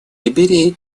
либерии